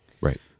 right